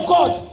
God